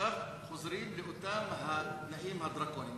עכשיו חוזרים לאותם התנאים הדרקוניים,